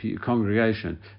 congregation